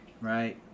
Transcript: right